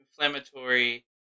inflammatory